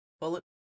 bullet